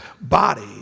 body